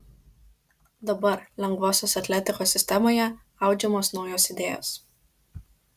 dabar lengvosios atletikos sistemoje audžiamos naujos idėjos